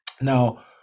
Now